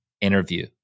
interview